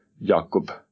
Jakob